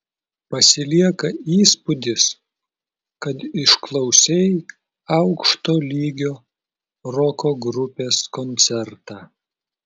pasilieka įspūdis kad išklausei aukšto lygio roko grupės koncertą